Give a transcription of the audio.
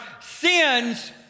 sins